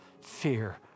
fear